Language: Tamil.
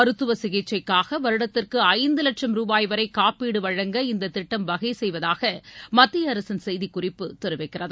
மருத்துவசிகிச்சைக்காகவருடத்திற்குஐந்துலட்சம் ரூபாய் வரைகாப்பீடுவழங்க இந்ததிட்டம் வகைசெய்வதாகமத்தியஅரசின் செய்திக் குறிப்பு தெரிவிக்கிறது